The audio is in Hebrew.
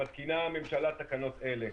-- "מתקינה הממשלה תקנות אלה: